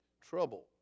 trouble